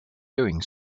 doing